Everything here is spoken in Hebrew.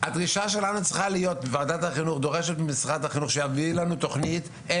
צריכה לדרוש ממשרד החינוך להביא תכנית של